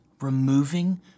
removing